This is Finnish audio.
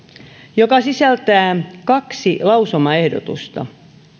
joka sisältää kaksi lausumaehdotusta